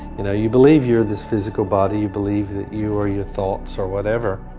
and you believe you are this physical body, you believe you are your thoughts or whatever.